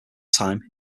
time